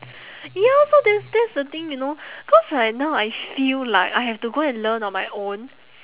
ya so that's that's the thing you know cause right now I feel like I have to go and learn on my own